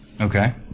Okay